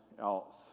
Else